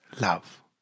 Love